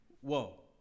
Whoa